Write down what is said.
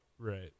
Right